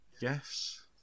yes